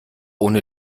ohne